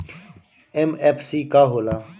MFC का हो़ला?